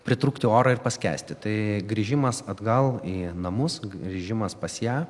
pritrūkti oro ir paskęsti tai grįžimas atgal į namus grįžimas pas ją